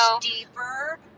deeper